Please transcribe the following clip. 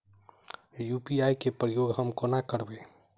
UPI केँ प्रयोग हम कोना करबे?